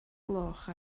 gloch